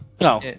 No